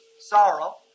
sorrow